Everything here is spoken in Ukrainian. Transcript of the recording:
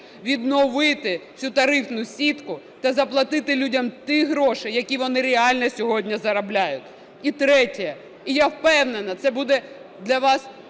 відновити цю тарифну сітку та заплатити людям ті гроші, які вони реально сьогодні заробляють. І третє. І я впевнена, це буде для вас